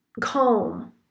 calm